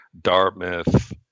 Dartmouth